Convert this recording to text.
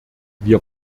wir